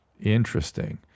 Interesting